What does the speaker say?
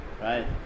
right